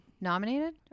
nominated